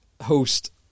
host